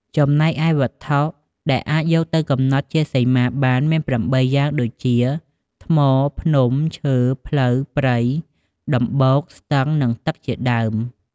ចំណែកឯវត្ថុដែលអាចយកទៅកំណត់ជាសីមាបាន មាន៨យ៉ាង ដូចជាថ្ម ភ្នំ ឈើ ផ្លូវ ព្រៃ ដំបូក ស្ទឹង និងទឹកជាដើម។